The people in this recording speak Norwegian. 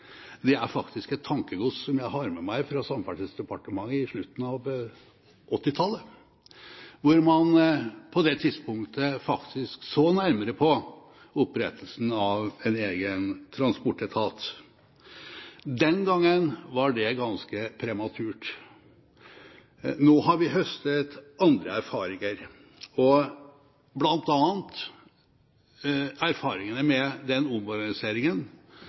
Det er faktisk et tankegods som jeg har med meg fra Samferdselsdepartementet på slutten av 1980-tallet, hvor man på det tidspunktet faktisk så nærmere på opprettelsen av en egen transportetat. Den gang var det ganske prematurt. Nå har vi høstet andre erfaringer, bl.a. erfaringene med den